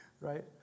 Right